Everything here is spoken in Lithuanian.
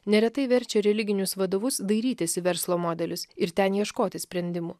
neretai verčia religinius vadovus dairytis į verslo modelius ir ten ieškoti sprendimų